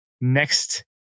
next